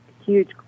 huge